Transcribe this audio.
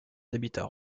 habitats